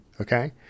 Okay